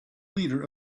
leader